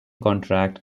contract